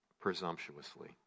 presumptuously